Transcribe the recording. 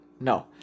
No